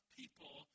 people